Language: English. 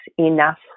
enough